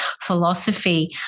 philosophy